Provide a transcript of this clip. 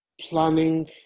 planning